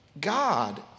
God